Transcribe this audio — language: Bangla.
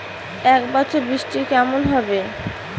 এবছর বৃষ্টি কেমন হবে?